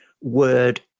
word